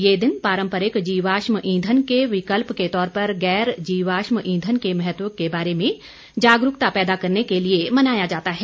यह दिन पारम्परिक जीवाश्म ईंधन के विकल्प के तौर पर गैर जीवाश्म ईंधन के महत्व के बारे में जागरूकता पैदा करने के लिए मनाया जाता है